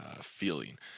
feeling